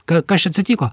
ka kas čia atsitiko